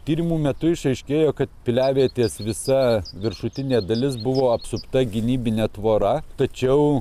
tyrimų metu išaiškėjo kad piliavietės visa viršutinė dalis buvo apsupta gynybine tvora tačiau